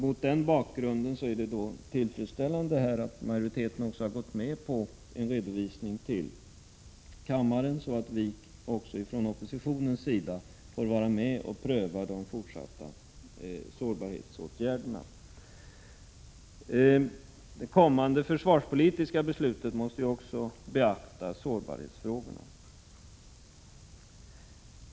Mot den bakgrunden är det tillfredsställande att majoriteten också har gått med på att en redovisning bör ske till kammaren, så att också vi från oppositionens sida får ta ställning till och pröva de fortsatta sårbarhetsåtgärderna. Även i det kommande försvarspolitiska beslutet måste sårbarhetsfrågorna beaktas.